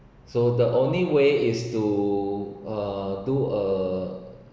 so the only way is to uh do a